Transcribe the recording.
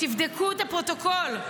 תבדקו את הפרוטוקול.